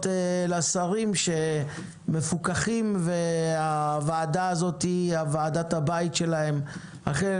לשרים שמפוקחים והוועדה הזאת היא ועדת הבית שלהם החל